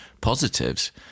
positives